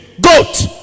Goat